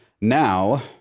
now